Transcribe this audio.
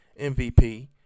MVP